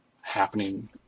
happening